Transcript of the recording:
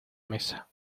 mesa